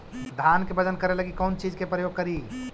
धान के बजन करे लगी कौन चिज के प्रयोग करि?